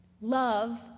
Love